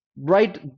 right